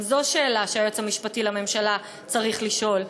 גם זו שאלה שהיועץ המשפטי לממשלה צריך לשאול,